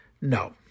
No